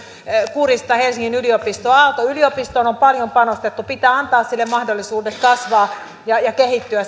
kurjisteta helsingin yliopistoa aalto yliopistoon on paljon panostettu pitää antaa sille mahdollisuudet kasvaa ja ja kehittyä